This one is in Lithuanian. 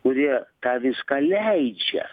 kurie tą viską leidžia